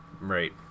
Right